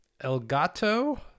Elgato